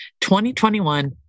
2021